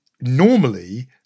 normally